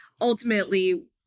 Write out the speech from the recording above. ultimately